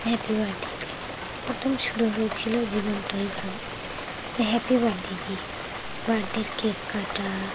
happy বার্থডেতে প্রথম শুরু হয়েছিল জীবনটা এইভাবে যে হ্যাপি বার্থডে দিয়ে বার্থডের কেক কাটা